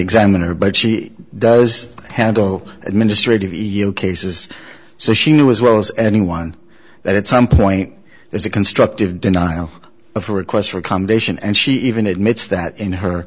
examiner but she does handle administrative e u cases so she knew as well as anyone that at some point there's a constructive denial of requests for accommodation and she even admits that in her